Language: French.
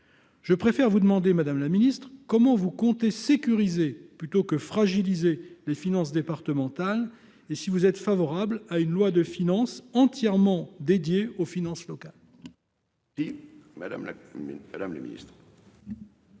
donc vous demander, madame la ministre, comment vous comptez sécuriser plutôt que fragiliser les finances départementales. Êtes-vous favorable à une loi de finances entièrement consacrée aux finances locales ? La parole est à Mme la ministre